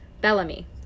bellamy